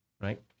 right